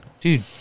Dude